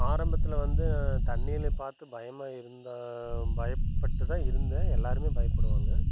ஆரம்பத்தில் வந்து தண்ணியில பார்த்து பயமாக இருந்தால் பயப்பட்டு தான் இருந்தேன் எல்லாருமே பயப்படுவாங்கள்